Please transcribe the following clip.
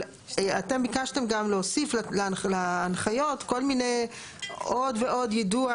אבל אתם ביקשתם גם להוסיף להנחיות כל מיני עוד ועוד יידוע.